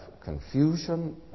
confusion